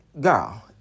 girl